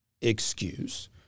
excuse